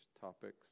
topics